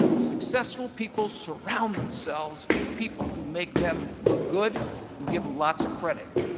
successful people surround themselves with people who make them look good, and give them lots of credit.